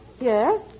Yes